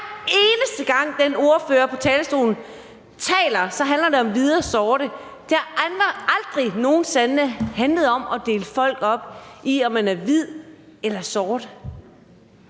Hver eneste gang den ordfører på talerstolen taler, handler det om hvide og sorte. Men det har aldrig, aldrig nogen sinde handlet om at dele folk op, efter om man er hvid eller sort